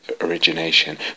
origination